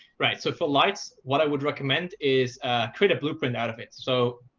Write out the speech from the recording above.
right. so for lights what i would recommend is create a blueprint out of it. so